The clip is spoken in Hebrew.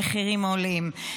המחירים עולים.